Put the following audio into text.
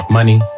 Money